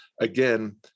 again